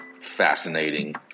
fascinating